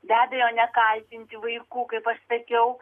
be abejo nekaltinti vaikų kaip aš sakiau